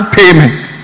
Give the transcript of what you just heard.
payment